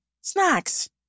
snacks